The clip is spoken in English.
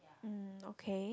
um okay